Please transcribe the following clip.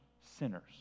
sinners